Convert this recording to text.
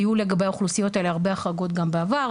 היו לגבי האוכלוסיות האלה הרבה החרגות גם בעבר,